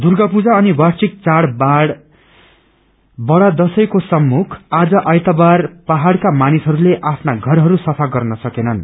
दुर्गा पूजा अनि वार्षिक चाढ़ बड़ा दशैको सम्पुख आज आइतबार पहाड़का मानिसहरूले आफ्ना घरहरू सफा गर्न सकेनन्